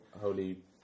Holy